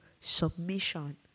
submission